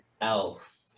elf